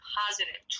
positive